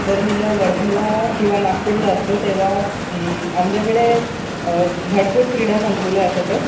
तर मी जेव्हा वर्धेला किंवा नागपूरला असतो तेव्हा आमच्याकडे भरपूर क्रीडा संकुल आहे असे तर